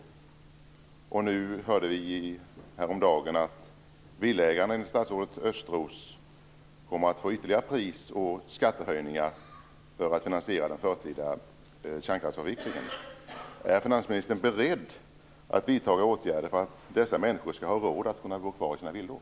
Häromdagen hörde vi att det för villaägare, detta enligt statsrådet Östros, kommer att bli ytterligare pris och skattehöjningar för att man skall kunna finansiera den förtida kärnkraftsavvecklingen.